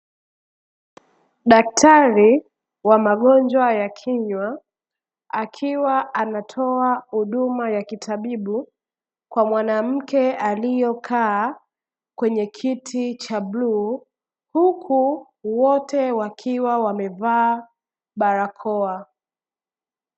Daktari wa magonjwa ya kinywa akiwa anatoa huduma ya kitabibu kwa mwanamke aliyekaa kwenye kiti cha bluu, huku wote wakiwa wamevaa barakoa.